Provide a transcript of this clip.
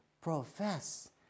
profess